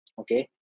Okay